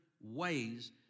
ways